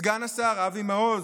סגן השר אבי מעוז,